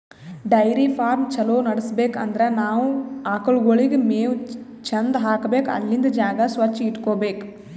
dairy farm ಛಲೋ ನಡ್ಸ್ಬೇಕ್ ಅಂದ್ರ ನಾವ್ ಆಕಳ್ಗೋಳಿಗ್ ಮೇವ್ ಚಂದ್ ಹಾಕ್ಬೇಕ್ ಅಲ್ಲಿಂದ್ ಜಾಗ ಸ್ವಚ್ಚ್ ಇಟಗೋಬೇಕ್